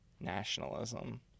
nationalism